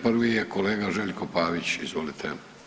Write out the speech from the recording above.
Prvi je kolega Željko Pavić, izvolite.